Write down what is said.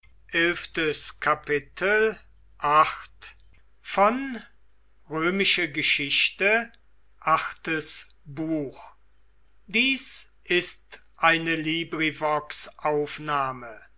sind ist eine